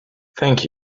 thank